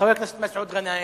חבר הכנסת מסעוד גנאים.